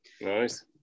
nice